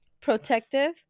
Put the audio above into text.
protective